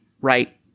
right